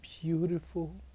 beautiful